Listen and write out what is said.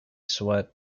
sweat